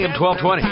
1220